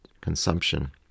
consumption